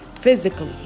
physically